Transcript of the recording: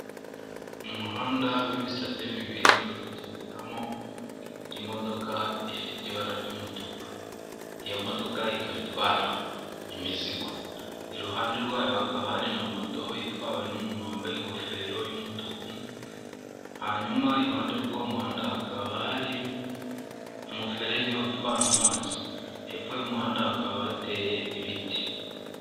Umuhanda w'ibisate bibiri uri ugenderamo imodoka ifite ibara ry'umutuku, iyo modoka ikaba itwara imizigo iruhande rwayo hakaba hari na moto itwawe n'umuntu wambaye ingofero y'umutuku hanyuma iruhande rw'umuhanda hakaba hari umuferege utwara amazi hepfo y'umuhanda hakaba hateye ibiti.